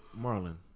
Marlon